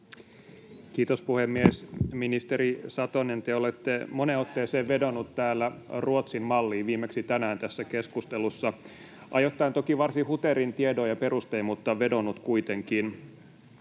Kiitos, puhemies! Ministeri Satonen, te olette moneen otteeseen vedonnut täällä Ruotsin-malliin, viimeksi tänään tässä keskustelussa — ajoittain toki varsin huterin tiedoin ja perustein, mutta vedonnut kuitenkin.